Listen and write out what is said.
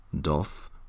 doth